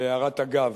בהערת אגב,